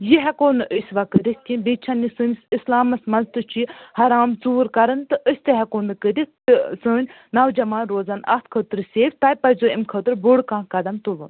یہِ ہیٚکو نہٕ أسۍ وَ کٔرِتھ کیٚنٛہہ بییٛہِ چھنِہ یہِ سٲنس اسلامس منٛز تہِ چھُ یہِ حرام ژوٗر کَرٕنۍ تہٕ أسۍ تہِ ہیٚکو نہٕ کٔرِتھ تہٕ سٲنۍ نوجوان روزن اتھ خٲطرٕ صیف تۄہہِ پَزیٚو امہِ خٲطرٕ بوڑ کانٛہہ قدم تُلن